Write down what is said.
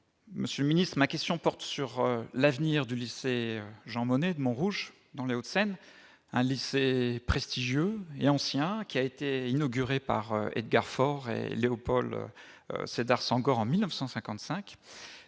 Monsieur le ministre, ma question porte sur l'avenir du lycée Jean-Monnet de Montrouge, dans les Hauts-de-Seine, un lycée prestigieux et ancien, qui fut inauguré par Edgar Faure et Léopold Sédar Senghor en 1955.